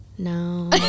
No